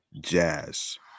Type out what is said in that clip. Jazz